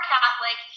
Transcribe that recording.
Catholic